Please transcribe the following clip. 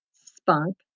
Spunk